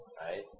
Right